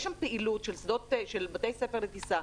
יש שם פעילות של בתי ספר לטיסה,